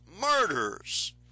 murders